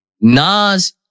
Nas